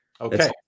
Okay